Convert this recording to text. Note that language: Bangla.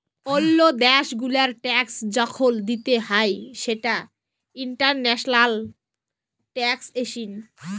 ওল্লো দ্যাশ গুলার ট্যাক্স যখল দিতে হ্যয় সেটা ইন্টারন্যাশনাল ট্যাক্সএশিন